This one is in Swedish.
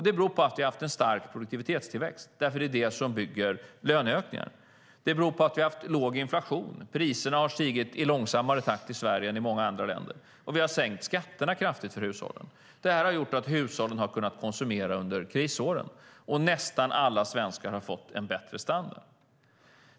Det beror på att vi har haft en stark produktivitetstillväxt - det är det som bygger löneökningar. Det beror på att vi har haft låg inflation. Priserna har stigit i långsammare takt i Sverige än i många andra länder. Och vi har sänkt skatterna kraftigt för hushållen. Detta har gjort att hushållen har kunnat konsumera under krisåren, och nästan alla svenskar har fått en bättre standard.